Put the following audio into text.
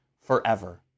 forever